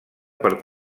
per